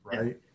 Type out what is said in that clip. right